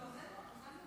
לילה טוב לכולם,